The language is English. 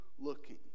looking